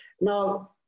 Now